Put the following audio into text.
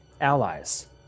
allies